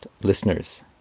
listeners